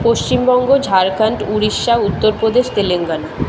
Paschimbanga Jharkhand Orissa Uttar Pradesh Telangana